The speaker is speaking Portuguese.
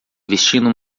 vestindo